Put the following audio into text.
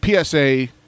PSA